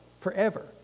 forever